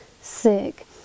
sick